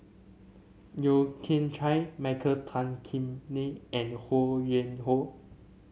Yeo Kian Chai Michael Tan Kim Nei and Ho Yuen Hoe